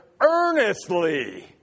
earnestly